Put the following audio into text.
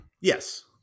Yes